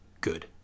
good